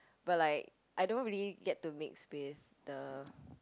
but like I don't really get to mix with the